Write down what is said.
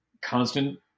constant